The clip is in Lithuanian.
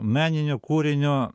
meninio kūrinio